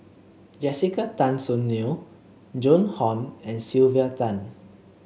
Jessica Tan Soon Neo Joan Hon and Sylvia Tan